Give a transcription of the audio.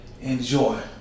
enjoy